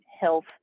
health